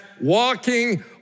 walking